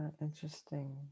Interesting